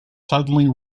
suddenly